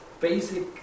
basic